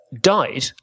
died